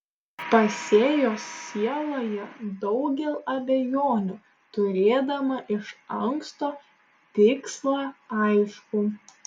pasėjo sieloje daugel abejonių turėdama iš anksto tikslą aiškų